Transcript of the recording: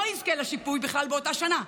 לא יזכה לשיפוי בכלל באותה שנה,